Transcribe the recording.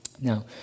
Now